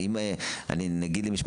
אם חס ושלום צריך להגיע נגיד למיון,